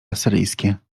asyryjskie